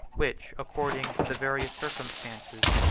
which, according to the various circumstances,